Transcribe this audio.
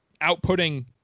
outputting